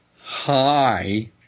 Hi